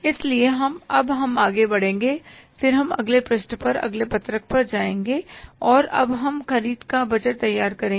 इसलिए अब हम आगे बढ़ेंगे और फिर हम अगले पृष्ठ पर अगले पत्रक पर जाएँगे और अब हम ख़रीद का बजट तैयार करेंगे